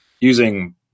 using